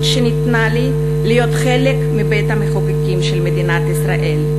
שניתנה לי להיות חלק מבית-המחוקקים של מדינת ישראל,